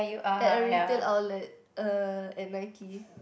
at a retail outlet uh at Nike